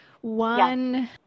One